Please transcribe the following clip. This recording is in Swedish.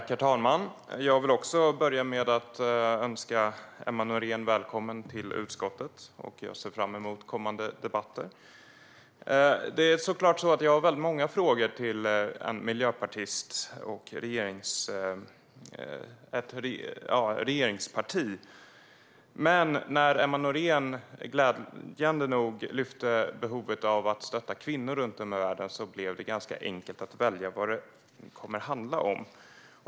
Herr talman! Jag vill också önska Emma Nohrén välkommen till utskottet. Jag ser fram emot kommande debatter. Jag har många frågor till regeringspartiet Miljöpartiet. Men när Emma Nohrén glädjande nog lyfte fram behovet av att stötta kvinnor runt om i världen blev det ganska enkelt att välja vad jag ska fråga om.